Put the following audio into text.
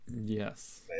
Yes